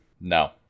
no